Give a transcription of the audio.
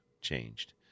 changed